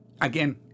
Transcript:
Again